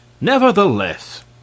nevertheless